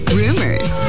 rumors